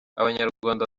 abanyarwanda